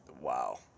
Wow